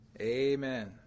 Amen